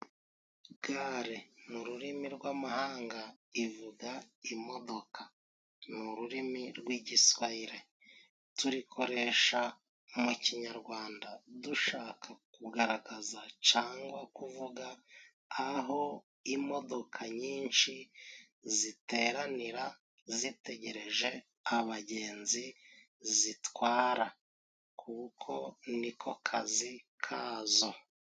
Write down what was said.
Gare mu rurimi rwamahanga ivuga imodoka ni ururimi rw'igiswayile turikoresha mu kinyarwanda dushaka kugaragaza cangwa kuvuga aho imodoka nyinshi ziteranira zitegereje abagenzi zitwara kuko niko kazi kazo.